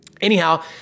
Anyhow